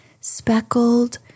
speckled